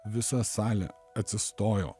visa salė atsistojo